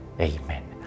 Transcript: Amen